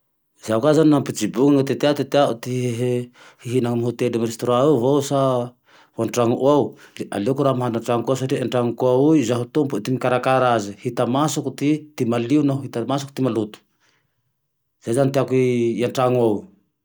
Zaho ka zane laha nampijibony, ty tea ty teao ty hihinany amy hotely restaurant io vao sa ho antrano ao, le aleoko raho mahandro antranoko ao satria ty antranoko ao io zaho tompony ty mikarakara aze, hita masoko ty malio hitamasoko ty maloto. Zay zane itiako atrano ao